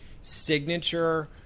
signature